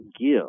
give